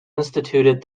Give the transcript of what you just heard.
instituted